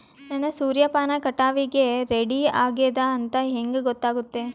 ನನ್ನ ಸೂರ್ಯಪಾನ ಕಟಾವಿಗೆ ರೆಡಿ ಆಗೇದ ಅಂತ ಹೆಂಗ ಗೊತ್ತಾಗುತ್ತೆ?